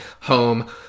Home